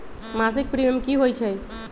मासिक प्रीमियम की होई छई?